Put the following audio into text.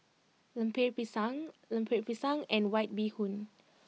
Lemper Pisang Lemper Pisang and White Bee Hoon